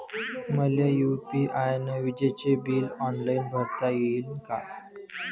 मले यू.पी.आय न विजेचे बिल ऑनलाईन भरता येईन का?